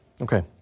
Okay